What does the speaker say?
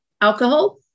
alcohol